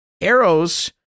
Arrows